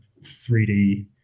3d